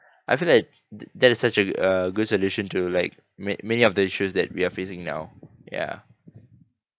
I feel that that is such a uh good solution to like ma~ many of the issues that we are facing now ya